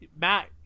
Matt